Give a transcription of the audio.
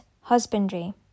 husbandry